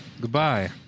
Goodbye